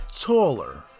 taller